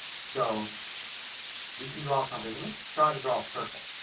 so we can draw something. let's try to draw a circle.